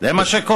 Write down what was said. זה מה שקורה.